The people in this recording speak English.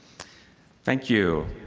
thank you.